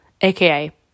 aka